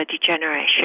degeneration